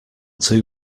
too